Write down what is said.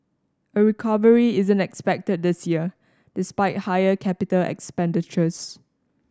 a recovery isn't expected this year despite higher capital expenditures